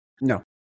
No